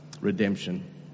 redemption